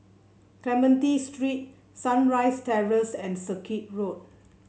Clementi Street Sunrise Terrace and Circuit Road